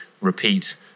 repeat